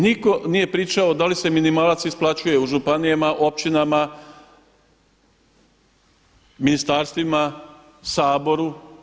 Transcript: Nitko nije pričao da li se minimalac isplaćuje u županijama, općinama, ministarstvima, Saboru.